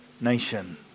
nation